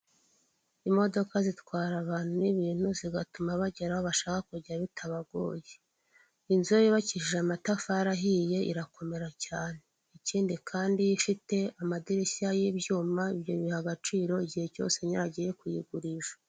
Imodoka zitwara abantu n'ibintu zigatuma bagera aho bashaka kujya bitabagoye. Inzu iyo yubakishijwe amatafari ahiye irakomera cyane, ikindi kandi iyo ifite amadirishya y'ibyuma ibyo biyiha agaciro igihe cyose nyirayo agiye kuyigirisha.